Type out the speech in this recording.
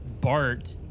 Bart